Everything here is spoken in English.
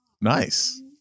Nice